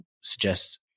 suggest